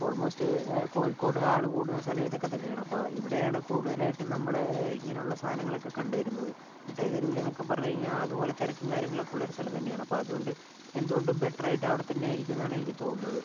almost Kozhikode ആള് കൂടുന്ന സ്ഥലം ഇതൊക്കെ തന്നെയാണ് അപ്പോൾ ഇവിടെയാണ് കൂടുതലായിട്ടും നമ്മള് ഇങ്ങനെയുള്ള സാധനങ്ങളൊക്കെ കണ്ടുവരുന്നത് മിഠായി തെരുവില് എന്നൊക്കെ പറഞ്ഞു കഴിഞ്ഞാൽ അതുപോലെ തിരക്കും കാര്യങ്ങളൊക്കെ ഉള്ളൊരു സ്ഥലം തന്നെയാണ് അപ്പോൾ അതുകൊണ്ട് എന്തുകൊണ്ടും ബെറ്ററായിട്ടും അവിടെ തന്നെയായിരിക്കും എന്നാണ് എനിക്ക് തോന്നുന്നത്